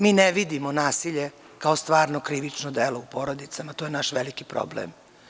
Mi ne vidimo nasilje kao stvarno krivično delo u porodicama, a to je naš veliki problem.